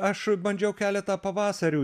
aš bandžiau keletą pavasarių